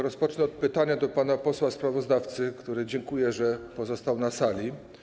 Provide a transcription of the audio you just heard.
Rozpocznę od pytania do pana posła sprawozdawcy, któremu dziękuję, że pozostał na sali.